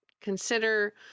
consider